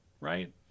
right